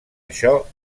això